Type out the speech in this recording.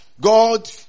God